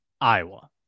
Iowa